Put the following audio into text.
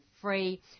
free